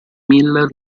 miller